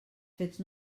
fets